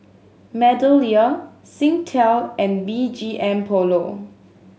MeadowLea Singtel and B G M Polo